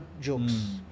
jokes